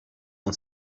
non